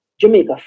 Jamaica